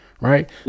Right